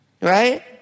right